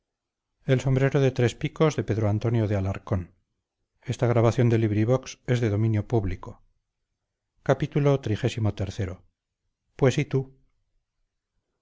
del sombrero de tres picos en aquel tiempo pues